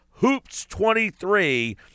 HOOPS23